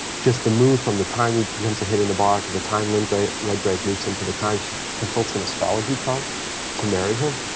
just the move from the time he becomes a hit in the bar to the time lynn redgrave meets him to the time she consults an astrology chart to marry him,